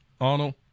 Arnold